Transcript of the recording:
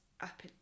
up